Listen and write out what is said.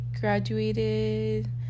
graduated